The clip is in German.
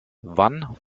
wann